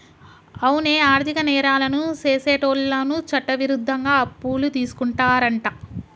అవునే ఆర్థిక నేరాలను సెసేటోళ్ళను చట్టవిరుద్ధంగా అప్పులు తీసుకుంటారంట